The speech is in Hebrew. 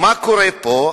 מה קורה פה?